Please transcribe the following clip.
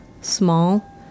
small